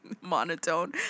Monotone